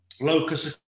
locus